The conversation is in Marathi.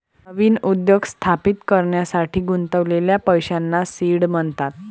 नवीन उद्योग स्थापित करण्यासाठी गुंतवलेल्या पैशांना सीड म्हणतात